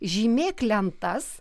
žymėk lentas